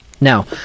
Now